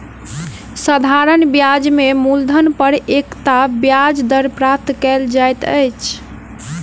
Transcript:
साधारण ब्याज में मूलधन पर एकता ब्याज दर प्राप्त कयल जाइत अछि